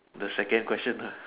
the second question ah